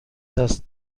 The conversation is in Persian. دست